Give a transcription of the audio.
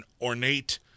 ornate